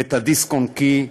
ואת הדיסק-און-קי.